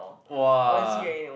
!wah!